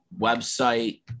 website